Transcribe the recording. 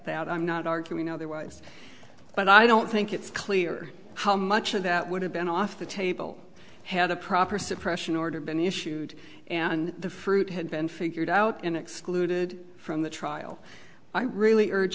that i'm not arguing otherwise but i don't think it's clear how much of that would have been off the table had the proper suppression order been issued and the fruit had been figured out and excluded from the trial i really urge